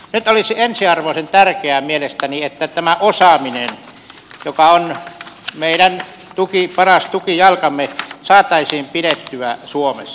nyt olisi ensiarvoisen tärkeää mielestäni että tämä osaaminen joka on meidän paras tukijalkamme saataisiin pidettyä suomessa